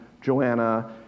Joanna